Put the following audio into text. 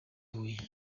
huye